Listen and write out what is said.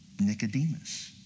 Nicodemus